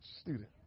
student